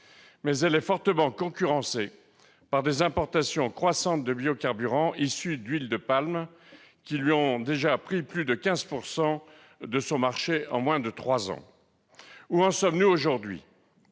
mais elle est fortement concurrencée par des importations croissantes de biocarburants issus d'huile de palme, qui lui ont déjà pris plus de 15 % du marché en moins de trois ans. Où en sommes-nous aujourd'hui ?